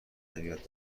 نمیاد